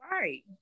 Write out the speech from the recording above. right